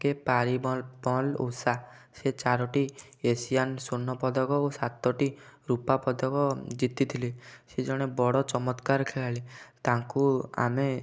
କେ ପାରି ଉଷା ସେ ଚାରୋଟି ଏସିଆନ ସ୍ଵର୍ଣ୍ଣ ପଦକ ଓ ସାତୋଟି ରୂପା ପଦକ ଜିତିଥିଲେ ସିଏ ଜଣେ ବଡ଼ ଚମତ୍କାର ଖେଳାଳି ତାଙ୍କୁ ଆମେ